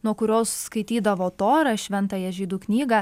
nuo kurios skaitydavo torą šventąją žydų knygą